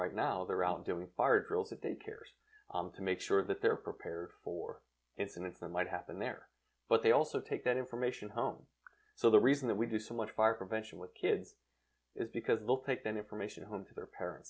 right now they're out doing fire drills at daycares to make sure that they're prepared for incidents that might happen there but they also take that information home so the reason that we do so much fire prevention with kids is because they'll take that information home to their parents